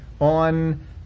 on